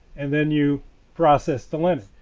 and then you process the linen.